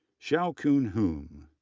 hsiao-chun hung,